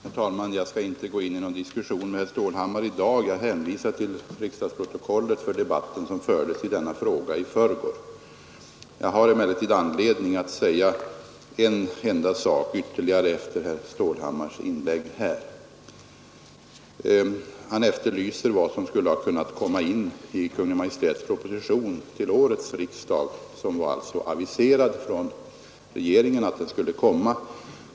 Herr talman! Jag skall inte gå in i någon diskussion med herr Stålhammar i dag. Jag hänvisar till riksdagsprotokollet för den debatt som i förrgår fördes i denna fråga. Jag har emellertid anledning att säga en enda sak ytterligare efter herr Stålhammars inlägg. Herr Stålhammar efterlyser vad den av regeringen aviserade propositionen till årets riksdag skulle kunna innehålla.